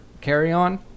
carry-on